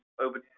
Over